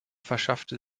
verschaffte